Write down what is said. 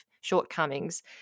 shortcomings